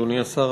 אדוני השר,